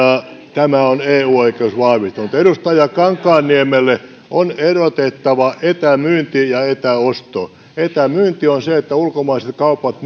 tämän on eu oikeus vahvistanut edustaja kankaanniemelle on erotettava etämyynti ja etäosto etämyynti on sitä että ulkomaiset kaupat